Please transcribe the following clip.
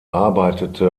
arbeitete